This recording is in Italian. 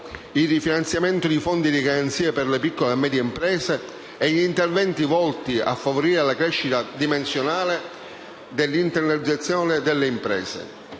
il rifinanziamento del Fondo di garanzia per le piccole e medie imprese e gli interventi volti a favorire la crescita dimensionale e l'internazionalizzazione delle imprese.